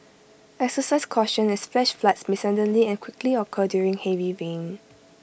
exercise caution as flash floods may suddenly and quickly occur during heavy rain